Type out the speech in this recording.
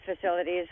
facilities